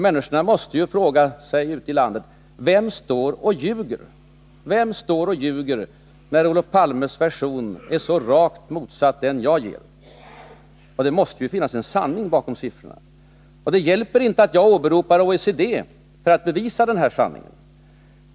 Människorna ute i landet måste ju fråga sig vem det är som står och ljuger, när Olof Palmes version är rakt motsatt den som jag ger. Det måste ju finnas en sanning bakom siffrorna. Det hjälper inte att jag åberopar OECD för att bevisa denna sanning.